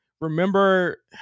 remember